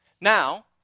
Now